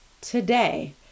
today